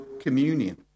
communion